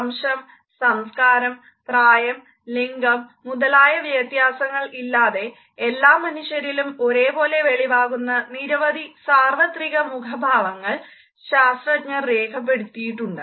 വംശം സംസ്കാരം പ്രായം ലിംഗം മുതലായ വ്യത്യാസങ്ങൾ ഇല്ലാതെ എല്ലാ മനുഷ്യരിലും ഒരേപോലെ വെളിവാകുന്ന നിരവധി സാർവത്രിക മുഖഭാവങ്ങൾ ശാസ്ത്രജ്ഞർ രേഖപ്പെടുത്തിയിട്ടുണ്ട്